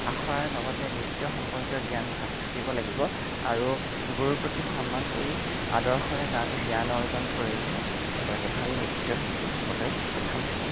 আখৰাৰ লগতে নৃত্য সম্পৰ্কীয় জ্ঞান থাকিব লাগিব আৰু গুৰুৰ প্ৰতি সন্মান কৰি আদৰ্শৰে জ্ঞান অৰ্জন কৰিলেহে এগৰাকী ভাল নৃত্যশিল্পী হ'বলৈ সক্ষম হ'ব